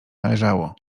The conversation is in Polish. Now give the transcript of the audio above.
należało